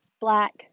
black